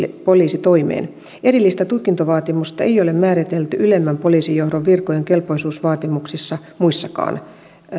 poliisitoimeen erillistä tutkintovaatimusta ei ole määritelty ylemmän poliisijohdon virkojen kelpoisuusvaatimuksissa muissakaan